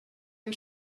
and